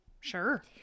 Sure